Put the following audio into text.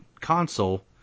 console